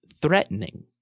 threatening